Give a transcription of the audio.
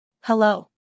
Hello